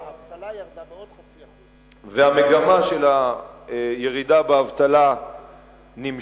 האבטלה ירדה בעוד 0.5%. והמגמה של הירידה באבטלה נמשכת,